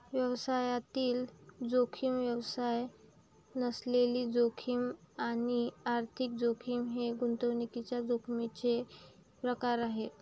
व्यवसायातील जोखीम, व्यवसाय नसलेली जोखीम आणि आर्थिक जोखीम हे गुंतवणुकीच्या जोखमीचे प्रकार आहेत